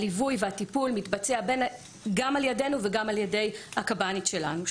הליווי והטיפול מתבצע גם על ידינו וגם על ידי הקב"נית שלנו,